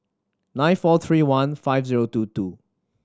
nine four three one five zero two two